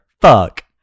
Fuck